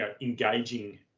engaging